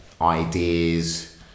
ideas